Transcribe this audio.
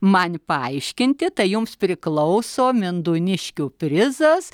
man paaiškinti tai jums priklauso mindūniškių prizas